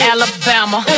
Alabama